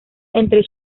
entre